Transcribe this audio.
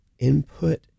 input